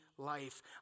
Life